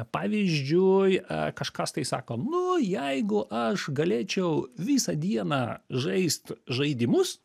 pavyzdžiui kažkas tai sako nu jeigu aš galėčiau visą dieną žaist žaidimus